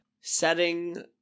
setting